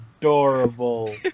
adorable